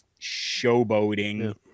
showboating